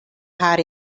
haar